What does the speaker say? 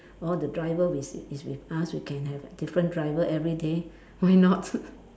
all the driver with is is with us we can have different driver everyday why not